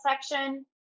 section